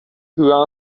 who